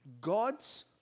God's